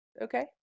Okay